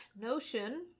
notion